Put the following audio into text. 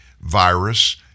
virus